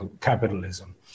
capitalism